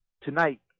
tonight